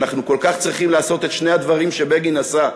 שאנחנו כל כך צריכים לעשות את שני הדברים שבגין עשה,